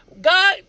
God